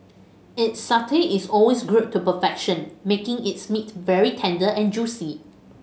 its satay is always grilled to perfection making its meat very tender and juicy